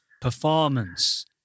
performance